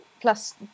plus